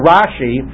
Rashi